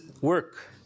work